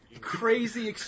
crazy